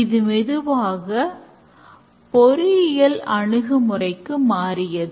இது மெதுவாக பொறியியல் அணுகுமுறைக்கு மாறியது